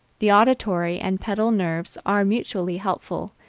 the auditory and pedal nerves are mutually helpful,